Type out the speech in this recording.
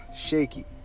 shaky